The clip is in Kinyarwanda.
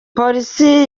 polisi